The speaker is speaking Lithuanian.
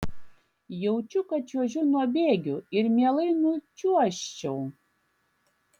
jaučiu kad čiuožiu nuo bėgių ir mielai nučiuožčiau